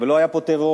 לא היה פה טרור,